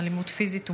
אלימות פיזית ומינית,